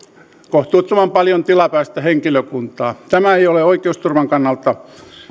kohtuuttoman paljon tilapäistä henkilökuntaa tämä ei ole oikeusturvan kannalta